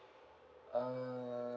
uh